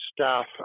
staff